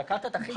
לקחת את הכי גבוה.